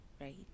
right